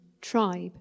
tribe